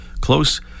close